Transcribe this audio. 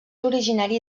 originari